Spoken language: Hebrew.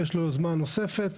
יש לו יוזמה נוספת.